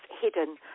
hidden